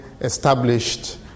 established